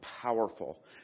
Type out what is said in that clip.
powerful